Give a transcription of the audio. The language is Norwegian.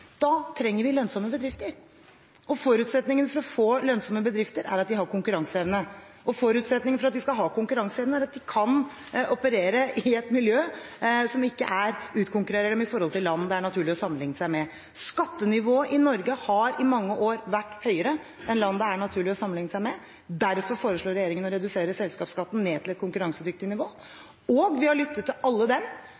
Da trenger vi lønnsomme bedrifter, og forutsetningen for å få lønnsomme bedrifter er at vi har konkurranseevne. Forutsetningen for at de skal ha konkurranseevne, er at de kan operere i et miljø som ikke utkonkurrerer dem i forhold til land det er naturlig å sammenlikne seg med. Skattenivået i Norge har i mange år vært høyere enn i land det er naturlig å sammenlikne seg med. Derfor foreslår regjeringen å redusere selskapsskatten ned til et konkurransedyktig nivå.